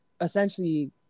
essentially